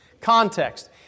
Context